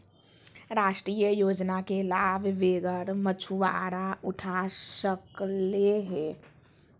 राष्ट्रीय योजना के लाभ बेघर मछुवारा उठा सकले हें